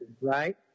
right